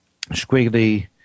squiggly